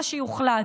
מה שיוחלט,